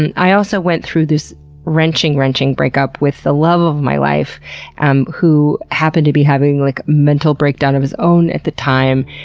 and i also went through this wrenching, wrenching breakup with the love of my life um who happened to be having a like mental breakdown of his own at the time.